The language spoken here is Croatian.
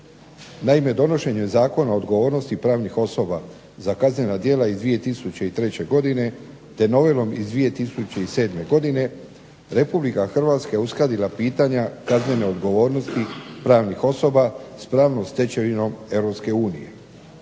Naime donošenjem Zakona o odgovornosti pravnih osoba za kaznena djela iz 2003. godine, te novelom iz 2007. godine Republika Hrvatska je uskladila pitanja kaznene odgovornosti pravnih osoba s pravnom stečevinom